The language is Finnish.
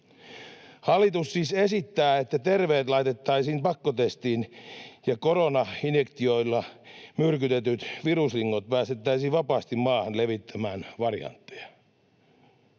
Hallitus siis esittää, että terveet laitettaisiin pakkotestiin ja koronainfektioilla myrkytetyt viruslingot päästettäisiin vapaasti maahan levittämään variantteja.